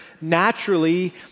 naturally